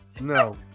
No